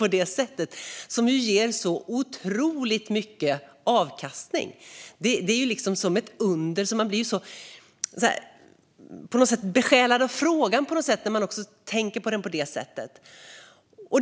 Det är ett litet frö som ger så otroligt mycket avkastning. Det är ett under! Man blir på något sätt besjälad av frågan när man tänker på den på det sättet.